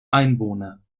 einwohner